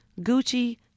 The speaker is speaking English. Gucci